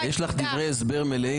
היחידה --- יש לך דברי הסבר מלאים,